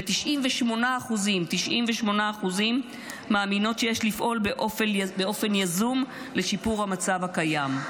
ו-98% 98% מאמינות שיש לפעול באופן יזום לשיפור המצב הקיים.